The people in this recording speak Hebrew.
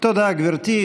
תודה, גברתי.